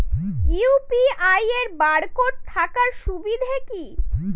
UPI এর barcode থাকার সুবিধে কি?